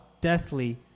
deathly